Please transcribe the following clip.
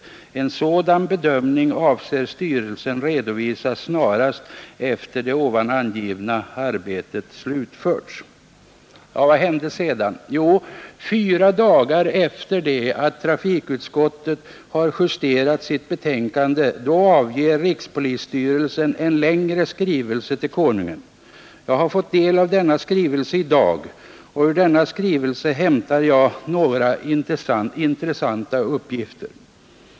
En sådan bedömning avser styrelsen resa snarast efter det ovan angivna arbete slutförts.” Vad hände sedan? Jo, fyra dagar efter det att trafikutskottet hade justerat sitt betänkande avsände rikspolisstyrelsen en längre skrivelse till Konungen, som jag har fått ta del av i dag och ur vilken jag hämtar några intressanta uppgifter.